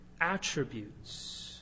attributes